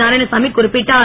நாராயண சாமி குறிப்பிட்டார்